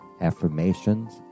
affirmations